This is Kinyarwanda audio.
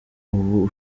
ubu